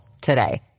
today